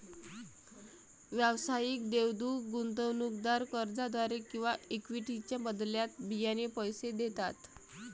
व्यावसायिक देवदूत गुंतवणूकदार कर्जाद्वारे किंवा इक्विटीच्या बदल्यात बियाणे पैसे देतात